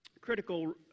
Critical